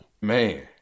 man